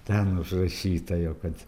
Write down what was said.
ten užrašyta jo kad